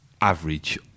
average